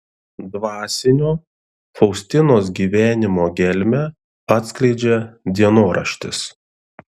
dvasinio faustinos gyvenimo gelmę atskleidžia dienoraštis